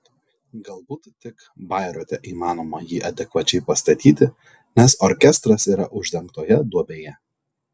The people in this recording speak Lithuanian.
galbūt tik bairoite įmanoma jį adekvačiai pastatyti nes orkestras yra uždengtoje duobėje